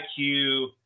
IQ